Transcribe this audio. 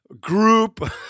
group